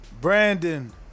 Brandon